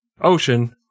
Ocean